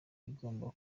igomba